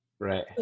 right